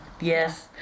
yes